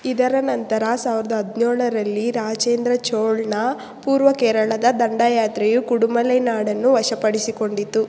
ಇದರ ನಂತರ ಸಾವ್ರ್ದ ಹದಿನೇಳರಲ್ಲಿ ರಾಜೇಂದ್ರ ಚೋಳ ಪೂರ್ವ ಕೇರಳದ ದಂಡಯಾತ್ರೆಯು ಕುಡಮಲೈ ನಾಡನ್ನು ವಶಪಡಿಸಿಕೊಂಡಿತು